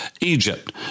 Egypt